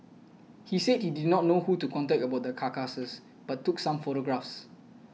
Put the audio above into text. he said he did not know who to contact about the carcasses but took some photographs